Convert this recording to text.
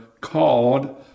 called